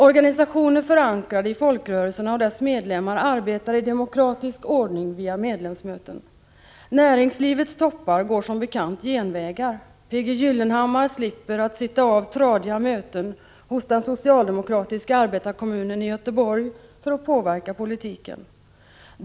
Organisationer förankrade i folkrörelserna och dessas medlemmar arbetar i demokratisk ordning via medlemsmöten. Näringslivets toppar går som bekant genvägar. P.G. Gyllenhammar slipper t.ex. att sitta av tradiga möten hos den socialdemokratiska arbetarekommunen i Göteborg för att påverka politiken.